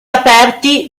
aperti